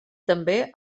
també